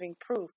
proof